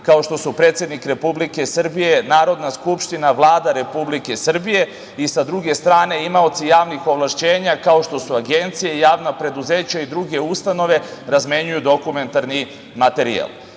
kao što su predsednik Republike Srbije, Narodna skupština, Vlada Republike Srbije i sa druge strane imaoci javnih ovlašćenja, kao što su agencije, javna preduzeća i druge ustanove, razmenjuju dokumentarni materijal. Svakako,